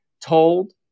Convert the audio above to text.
told